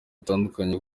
butandukanye